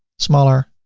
smaller